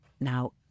now